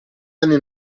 anni